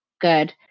good